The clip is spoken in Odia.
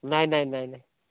ନାହିଁ ନାହିଁ ନାହିଁ ନାହିଁ